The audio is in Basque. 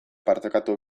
partekatu